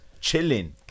chilling